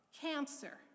cancer